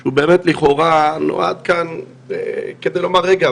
שהוא באמת לכאורה נועד כדי לומר רגע,